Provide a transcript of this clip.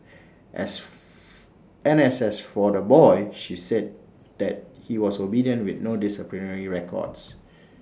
as and as for the boy she said that he was obedient with no disciplinary records